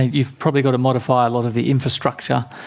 you've probably got to modify a lot of the infrastructure.